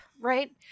Right